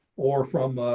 or from